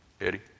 Eddie